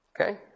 Okay